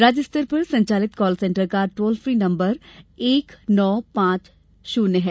राज्य स्तर पर संचालित कॉल सेंटर का टोल फ्री नंबर एक नौ पांच षन्य है